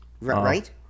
Right